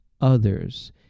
others